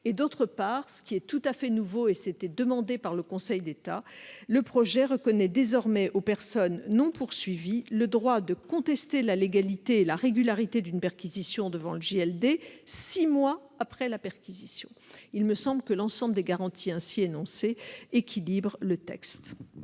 D'autre part, ceci est tout à fait nouveau- c'était demandé par le Conseil d'État -, le texte reconnaît désormais aux personnes non poursuivies le droit de contester la légalité, la régularité d'une perquisition devant le JLD, six mois après la perquisition. Selon moi, l'ensemble des garanties ainsi énoncées équilibre le texte.